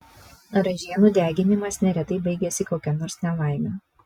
ražienų deginimas neretai baigiasi kokia nors nelaime